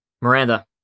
Miranda